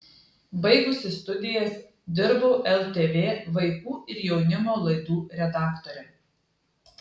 baigusi studijas dirbau ltv vaikų ir jaunimo laidų redaktore